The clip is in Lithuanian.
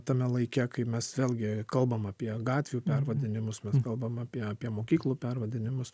tame laike kai mes vėlgi kalbam apie gatvių pervadinimus mes kalbam apie apie mokyklų pervadinimus